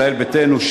ישראל ביתנו,